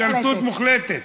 השתלטות מוחלטת.